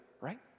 right